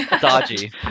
dodgy